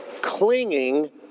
clinging